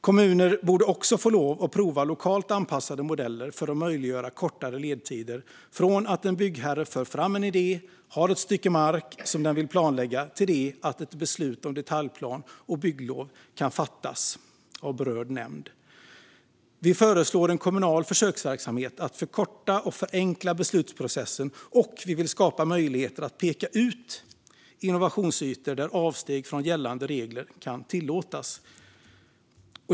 Kommuner borde också få lov att prova lokalt anpassade modeller för att möjliggöra kortare ledtider från att en byggherre för fram en idé och har ett stycke mark som den vill planlägga tills ett beslut om detaljplan och bygglov kan fattas av berörd nämnd. Vi föreslår en kommunal försöksverksamhet för att förkorta och förenkla beslutsprocessen, och vi vill skapa möjligheter att peka ut innovationsytor där avsteg från gällande regler kan tillåtas.